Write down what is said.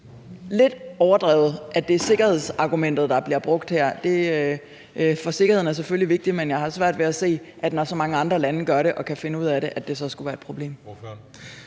lidt overdrevet, at det er sikkerhedsargumentet, der bliver brugt her. Sikkerheden er selvfølgelig vigtig, men jeg har svært ved at se, at det, når så mange andre lande gør det og kan finde ud af det, så skulle være et problem.